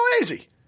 easy